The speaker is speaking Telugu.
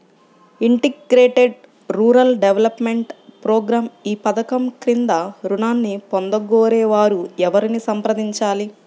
ఇంటిగ్రేటెడ్ రూరల్ డెవలప్మెంట్ ప్రోగ్రాం ఈ పధకం క్రింద ఋణాన్ని పొందగోరే వారు ఎవరిని సంప్రదించాలి?